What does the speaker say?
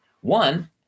one